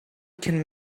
can